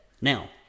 Now